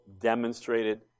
demonstrated